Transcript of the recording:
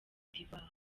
d’ivoire